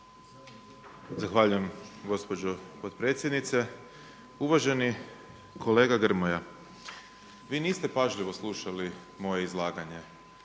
Zahvaljujem gospođo potpredsjednice. Uvaženi kolega Grmoja. Vi niste pažljivo slušali moje izlaganje.